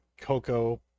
cocoa